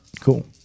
Cool